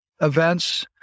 events